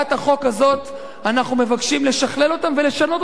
הזאת אנחנו מבקשים לשכלל אותם ולשנות אותם,